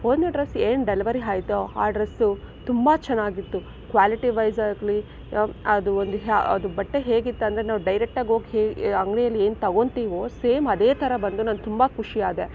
ಒಂದು ಡ್ರೆಸ್ ಏನು ಡೆಲಿವರಿ ಆಯ್ತೋ ಆ ಡ್ರೆಸ್ಸು ತುಂಬ ಚೆನ್ನಾಗಿತ್ತು ಕ್ವಾಲಿಟಿವೈಸ್ ಆಗಲಿ ಅದು ಒಂದು ಬಟ್ಟೆ ಹೇಗಿತ್ತು ಅಂದರೆ ಡೈರೆಕ್ಟಾಗಿ ಹೋಗಿ ಅಂಗಡೀಲಿ ಏನು ತಗೋತೀವೋ ಸೇಮ್ ಅದೇ ಥರ ಬಂತು ನನಗೆ ತುಂಬ ಖುಷಿಯಾದೆ